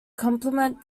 complement